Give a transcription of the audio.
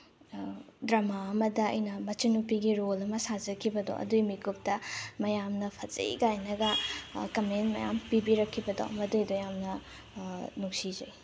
drama ꯑꯃꯗ ꯑꯩꯅ ꯃꯆꯟꯅꯨꯄꯤꯒꯤ ꯔꯣꯜ ꯑꯃ ꯁꯥꯖꯈꯤꯕꯗꯣ ꯑꯗꯨꯒꯤ ꯃꯤꯀꯨꯞꯇ ꯃꯌꯥꯝꯅ ꯐꯖꯩ ꯀꯥꯏꯅꯒ ꯀꯃꯦꯟ ꯃꯌꯥꯝ ꯄꯤꯕꯤꯔꯛꯈꯤꯕꯗꯣ ꯃꯗꯨꯒꯤꯗꯣ ꯌꯥꯝꯅ ꯅꯨꯡꯁꯤꯖꯩ